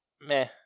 meh